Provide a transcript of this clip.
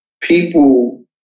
people